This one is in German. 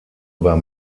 über